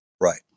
Right